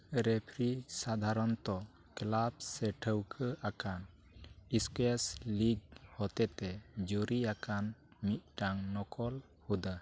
referee ᱥᱟᱫᱷᱟᱨᱚᱱᱛᱚ club ᱥᱮ ᱴᱷᱟᱹᱣᱠᱟ ᱟᱠᱟᱱ ᱮᱥᱠᱚᱭᱟᱥ ᱞᱤᱜᱽ ᱦᱚᱛᱮ ᱛᱮ ᱡᱚᱨᱤᱭᱟᱠᱟᱱ ᱢᱤᱫᱴᱟᱝ ᱱᱚᱠᱚᱞ ᱦᱩᱫᱟᱹ